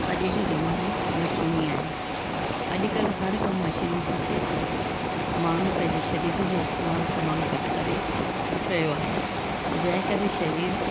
अॼ जो ज़मानो मशीनी आहे अॼुकल्ह हर कम मशीनुनि सां थिए थो माण्हू पंहिंजे शरीर जो इस्तेमालु तमामु घटि करे रहियो आहे जंहिं करे शरीर